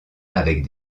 avec